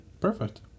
Perfect